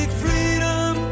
freedom